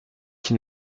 qui